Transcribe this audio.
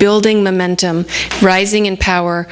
building momentum rising in power